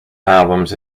albums